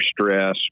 stress